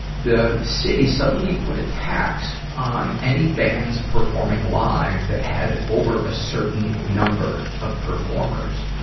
the city suddenly put a tax on any bands performing live that had over a certain number of performers.